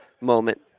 moment